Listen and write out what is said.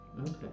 Okay